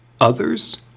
others